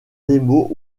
démos